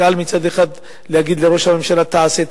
קל מצד אחד להגיד לראש הממשלה: תעשה,